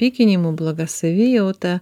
pykinimu bloga savijauta